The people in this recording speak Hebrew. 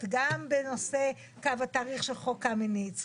גם בנושא קו התאריך של חוק קמיניץ,